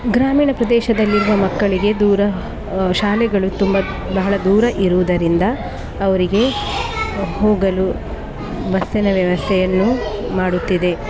ಗ್ರಾಮೀಣ ಪ್ರದೇಶದಲ್ಲಿರುವ ಮಕ್ಕಳಿಗೆ ದೂರ ಶಾಲೆಗಳು ತುಂಬ ಬಹಳ ದೂರ ಇರುವುದರಿಂದ ಅವರಿಗೆ ಹೋಗಲು ಬಸ್ಸಿನ ವ್ಯವಸ್ಥೆಯನ್ನು ಮಾಡುತ್ತಿದೆ